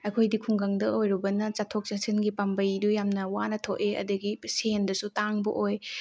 ꯑꯩꯈꯣꯏꯗꯤ ꯈꯨꯡꯒꯪꯗ ꯑꯣꯏꯔꯨꯕꯅ ꯆꯠꯊꯣꯛ ꯆꯠꯁꯤꯟꯒꯤ ꯄꯥꯝꯕꯩꯗꯨ ꯌꯥꯝꯅ ꯋꯥꯅ ꯊꯣꯛꯑꯦ ꯑꯗꯨꯗꯒꯤ ꯁꯦꯟꯗꯁꯨ ꯇꯥꯡꯕ ꯑꯣꯏ